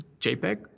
JPEG